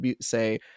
say